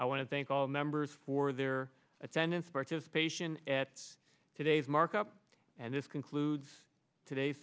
i want to thank all members for their attendance participation at today's markup and this concludes today's